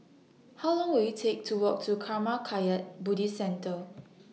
How Long Will IT Take to Walk to Karma Kagyud Buddhist Centre